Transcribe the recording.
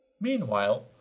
Meanwhile